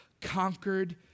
conquered